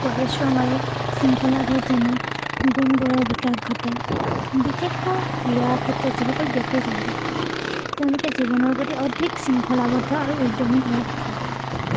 পৰিশ্ৰম আৰু শৃংখলাবোধ যেনে গুণবোৰৰ বিকাশ ঘটে বিশেষকৈ ক্ৰীড়া ক্ষেত্ৰত যিসকল ব্যক্তি জড়িত থাকে তেওঁলোকে জীৱনৰ প্ৰতি অধিক শৃংখলাবদ্ধ আৰু উদ্যমী হোৱা দেখা যায়